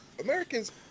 Americans